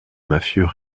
mafieux